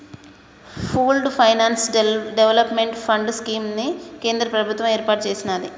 pooled finance development fund scheme ని కేంద్ర ప్రభుత్వం ఏర్పాటు చేసినాది